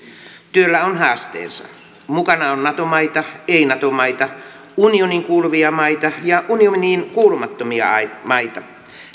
työllä on haasteensa mukana on nato maita ei nato maita unioniin kuuluvia maita ja unioniin kuulumattomia maita